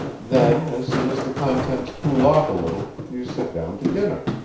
then, as soon as the contents cool off a little, you sit down to dinner.